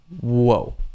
Whoa